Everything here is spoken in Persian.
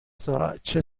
ساعتی